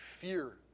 fear